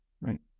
right